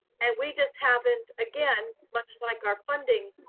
and we just haven't again, much like our funding.